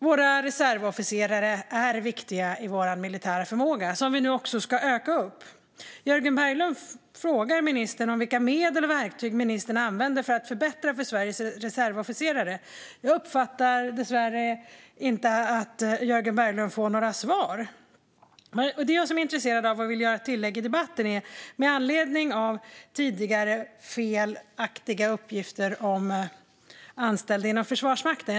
Våra reservofficerare är viktiga i vår militära förmåga, som nu ska ökas. Jörgen Berglund frågade ministern om vilka medel och verktyg ministern använder för att förbättra för Sveriges reservofficerare. Jag uppfattar dessvärre inte att Jörgen Berglund får några svar. Jag är därför intresserad av att göra ett tillägg till debatten med anledning av tidigare felaktiga uppgifter om anställda inom Försvarsmakten.